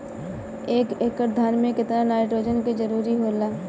एक एकड़ धान मे केतना नाइट्रोजन के जरूरी होला?